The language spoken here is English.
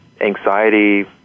anxiety